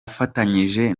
ifatanyije